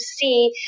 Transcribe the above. see